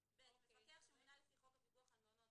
(ב)מפקח שמונה לפי חוק הפיקוח על מעונות,